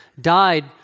died